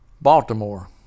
Baltimore